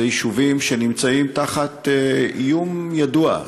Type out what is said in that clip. אלה יישובים שנמצאים תחת איום ידוע.